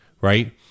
right